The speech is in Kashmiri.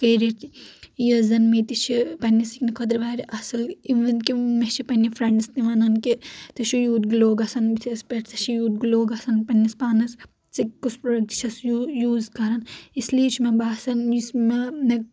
کرتھ یہٕ زن مےٚ تہِ چھ پننہِ سکنہٕ خٲطرٕ واریاہ اصل اِون کہِ مےٚ چھ پننہِ فرنڈس تہِ ونان کہ ژےٚ چھ یوٗت گلو گژھان بُتھس پیٹھ ژٕ چھ یوٗت گلو گژھان پننس پانس ژٕ کُس پروڈکٹ چھس یو یوٗز کران اس لیے چھ مےٚ باسان یُس مےٚ